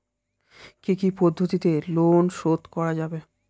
কি কি পদ্ধতিতে লোন শোধ করা যাবে?